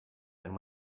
and